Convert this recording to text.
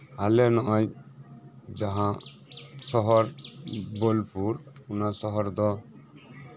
ᱟᱞᱮ ᱱᱚᱜᱼᱚᱭ ᱡᱟᱦᱟᱸ ᱥᱚᱦᱚᱨ ᱵᱳᱞᱯᱩᱨ ᱚᱱᱟ ᱥᱚᱦᱚᱨ ᱫᱚ